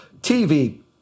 TV